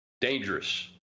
dangerous